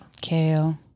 kale